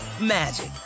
magic